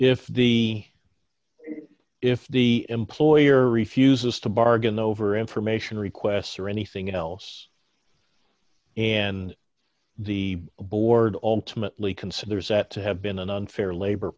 the if the employer refuses to bargain over information requests or anything else and the board ultimately consider set to have been an unfair labor